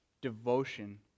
devotion